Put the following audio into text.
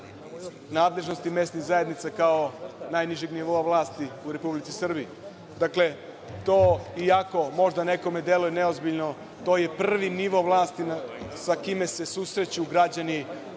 nadležnosti mesnih zajednica, kao najnižeg nivoa vlasti u Republici Srbiji. Dakle, to iako možda nekome deluje neozbiljno, to je prvi nivo vlasti sa kojim se susreću građani